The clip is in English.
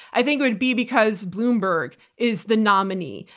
i think it would be because bloomberg is the nominee,